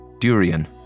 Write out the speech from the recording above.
Durian